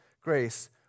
grace